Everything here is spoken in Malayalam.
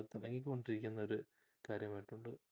തുടങ്ങിക്കൊണ്ടിരിക്കുന്നൊരു കാര്യമായിട്ടുണ്ട്